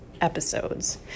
episodes